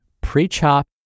pre-chop